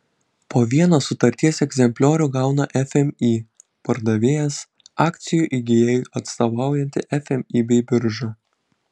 po vieną sutarties egzempliorių gauna fmį pardavėjas akcijų įgijėjui atstovaujanti fmį bei birža